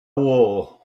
war